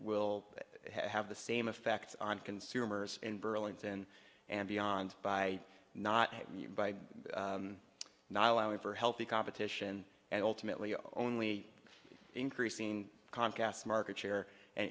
will have the same effect on consumers in burlington and beyond by not you by not allowing for healthy competition and ultimately only increasing comcast market share and